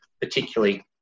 particularly